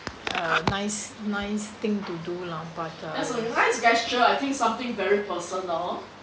uh nice nice thing to do lah but uh